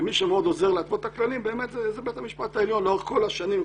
ומי שמאוד עוזר להתוות את הכללים זה בית המשפט העליון לאורך כל השנים,